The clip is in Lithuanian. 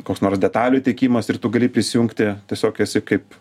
koks nors detalių tiekimas ir tu gali prisijungti tiesiog esi kaip